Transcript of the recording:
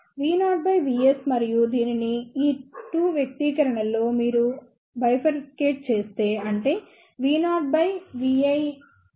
Vo by Vs మరియు దీనిని ఈ 2 వ్యక్తీకరణలలో మీరు బైఫర్కేట్ చేస్తే అంటే Vo by Vi x Vi by Vs